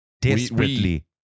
desperately